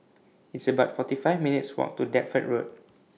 It's about forty five minutes' Walk to Deptford Road